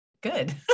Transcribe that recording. good